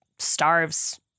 starves